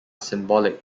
symbolic